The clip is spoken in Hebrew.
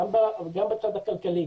גם בצד הכלכלי,